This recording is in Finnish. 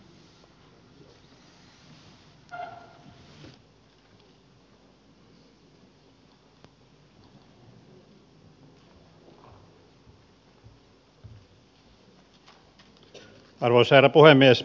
arvoisa herra puhemies